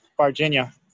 Virginia